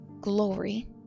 glory